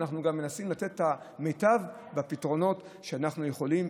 ואנחנו גם מנסים לתת את המיטב בפתרונות שאנחנו יכולים,